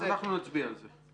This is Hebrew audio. אנחנו נצביע על זה.